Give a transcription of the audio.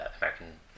American